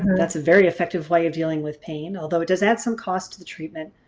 that's a very effective way of dealing with pain, although it does add some cost to the treatment,